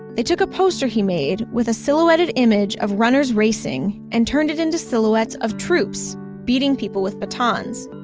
they took a poster he made, with a silhouetted image of runners racing, and turned it it into silhouettes of troupes beating people with batons.